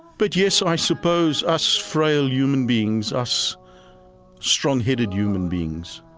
but, yes, i suppose us frail human beings, us strong-headed human beings,